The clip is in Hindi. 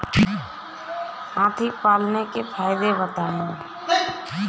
हाथी पालने के फायदे बताए?